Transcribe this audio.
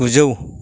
गुजौ